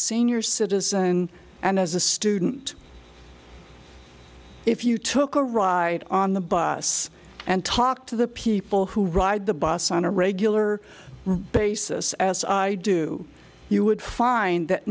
senior citizen and as a student if you took a ride on the bus and talk to the people who ride the bus on a regular basis as i do you would find that